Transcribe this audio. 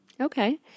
Okay